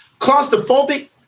claustrophobic